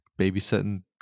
babysitting